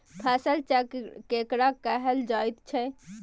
फसल चक्र केकरा कहल जायत छै?